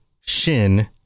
Shin